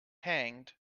hanged